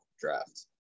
draft